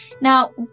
Now